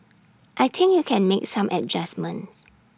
I think you can make some adjustments